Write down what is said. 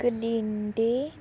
ਗਲਿੰਡੇ